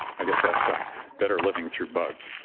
i guess that's ah better living through bugs.